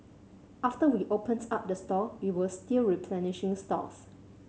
after we opens up the store we were still replenishing stocks